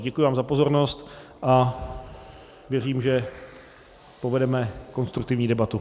Děkuji vám za pozornost a věřím, že povedeme konstruktivní debatu.